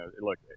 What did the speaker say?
look